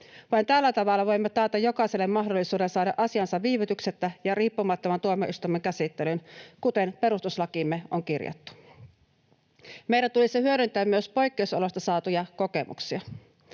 Vain tällä tavalla voimme taata jokaiselle mahdollisuuden saada asiansa viivytyksettä ja riippumattoman tuomioistuimen käsittelyyn, kuten perustuslakiimme on kirjattu. Meidän tulisi hyödyntää myös poikkeusoloista saatuja kokemuksia.